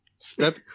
Step